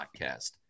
podcast